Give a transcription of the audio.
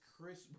Chris